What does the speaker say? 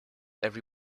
every